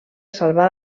salvar